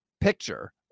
picture